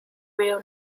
real